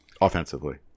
Offensively